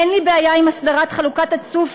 אין לי בעיה עם הסדרת חלוקת הצוף